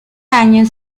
año